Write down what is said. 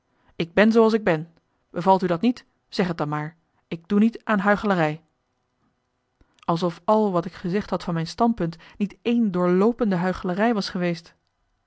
ik ben zooals ik ben bevalt u dat niet zeg t dan maar ik doe niet aan huichelarij alsof al wat ik gezegd had van mijn standpunt niet één doorloopende huichelarij was geweest